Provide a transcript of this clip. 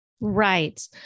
Right